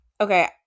Okay